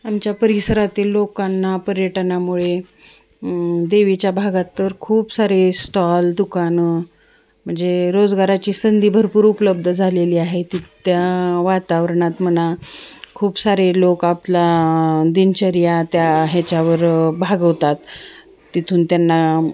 आमच्या परिसरातील लोकांना पर्यटनामुळे देवीच्या भागात तर खूप सारे स्टॉल दुकानं म्हणजे रोजगाराची संधी भरपूर उपलब्ध झालेली आहे ती त्या वातावरणात म्हणा खूप सारे लोक आपला दिनचर्या त्या ह्याच्यावर भागवतात तिथून त्यांना